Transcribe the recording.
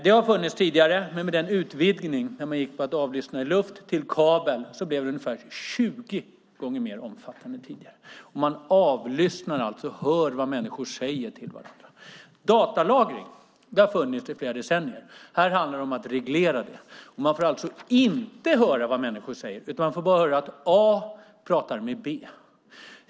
Det har funnits tidigare, men med utvidgningen - man gick från att avlyssna i luft till att avlyssna via kabel - blev det ungefär 20 gånger mer omfattande än tidigare. Man avlyssnar alltså, hör, vad människor säger till varandra. Datalagring har funnits i flera decennier. Detta handlar om att reglera det. Man får alltså inte höra vad människor säger, utan man får bara höra att A pratar med B.